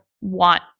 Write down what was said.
want